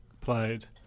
played